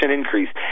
increase